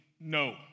no